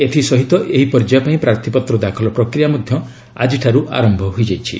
ଏଥିସହିତ ଏହି ପର୍ଯ୍ୟାୟ ପାଇଁ ପ୍ରାର୍ଥୀପତ୍ର ଦାଖଲ ପ୍ରକ୍ରିୟା ଆକିଠାରୁ ଆରମ୍ଭ ହୋଇଯାଇଛି